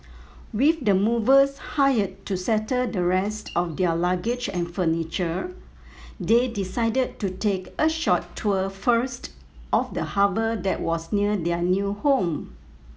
with the movers hired to settle the rest of their luggage and furniture they decided to take a short tour first of the harbour that was near their new home